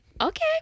okay